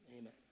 amen